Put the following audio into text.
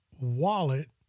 wallet